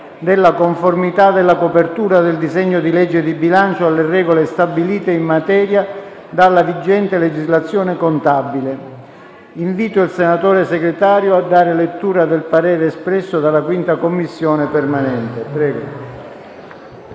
della conformità della copertura del disegno di legge di bilancio alle regole stabilite in materia dalla vigente legislazione contabile. Invito il senatore Segretario a dare lettura del parere espresso dalla 5a Commissione permanente.